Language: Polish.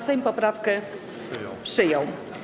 Sejm poprawkę przyjął.